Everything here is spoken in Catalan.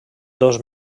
dos